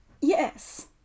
Yes